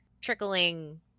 trickling